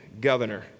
governor